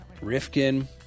Rifkin